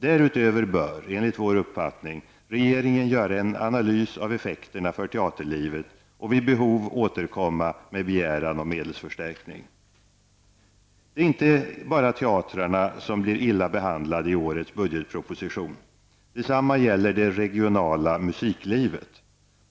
Därutöver bör, enligt vår uppfattning, regeringen göra en analys av effekterna för teaterlivet och vid behov återkomma med begäran om medelsförstärkning. Det är inte bara teatrarna som blir illa behandlade i årets budgetproposition. Detsamma gäller det regionala musiklivet.